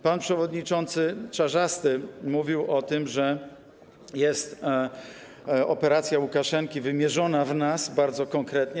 Pan przewodniczący Czarzasty mówił o tym, że jest operacja Łukaszenki wymierzona w nas bardzo konkretnie.